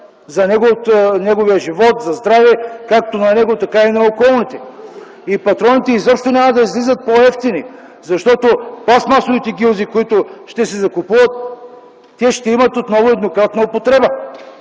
за неговия живот, здраве, както на него, така и на околните. И патроните изобщо няма да излизат по-евтини, защото пластмасовите гилзи, които ще се закупуват, те ще имат отново еднократна употреба.